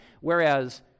whereas